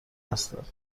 هستند